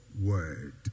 Word